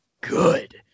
good